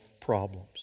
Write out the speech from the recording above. problems